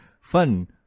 Fun